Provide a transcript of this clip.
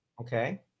Okay